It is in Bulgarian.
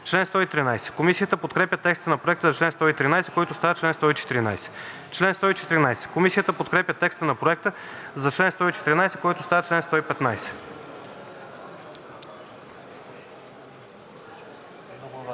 чл. 123. Комисията подкрепя текста на Проекта за чл. 123, който става чл. 124. Комисията подкрепя текста на Проекта за чл. 124, който става чл. 125.